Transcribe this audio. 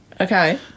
Okay